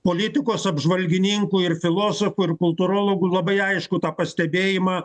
politikos apžvalgininkų ir filosofų ir kultūrologų labai aiškų tą pastebėjimą